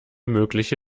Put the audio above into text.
mögliche